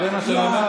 זה מה שנאמר?